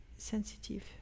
sensitive